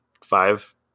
five